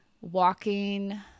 walking